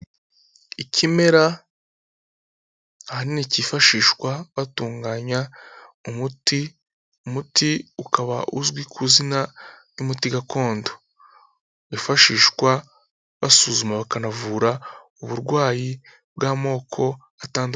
Ikimera ahanini kifashishwa batunganya umuti, umuti ukaba uzwi ku izina ry'umuti gakondo wifashishwa basuzuma bakanavura uburwayi bw'amoko atandukanye.